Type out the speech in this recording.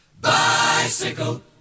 Bicycle